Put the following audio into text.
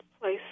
place